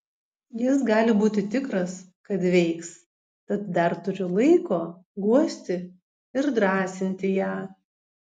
jis gali būti tikras kad veiks tad dar turi laiko guosti ir drąsinti ją